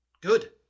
good